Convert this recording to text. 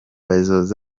bezos